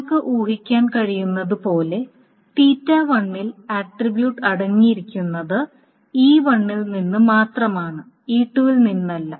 നിങ്ങൾക്ക് ഊഹിക്കാൻ കഴിയുന്നതു പോലെ ൽ ആട്രിബ്യൂട്ട് അടങ്ങിയിരിക്കുന്നത് E1 ൽ നിന്ന് മാത്രമാണ് E2 ൽ നിന്നല്ല